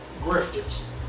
grifters